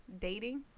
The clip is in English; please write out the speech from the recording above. Dating